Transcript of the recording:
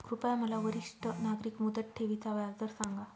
कृपया मला वरिष्ठ नागरिक मुदत ठेवी चा व्याजदर सांगा